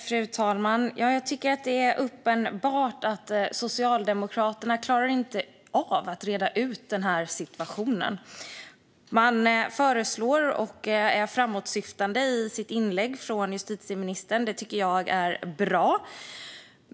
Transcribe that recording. Fru talman! Jag tycker att det är uppenbart att Socialdemokraterna inte klarar av att reda ut den här situationen. Justitieministern föreslår saker och är framåtsyftande i sitt inlägg, och det tycker jag är bra.